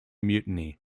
mutiny